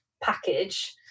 package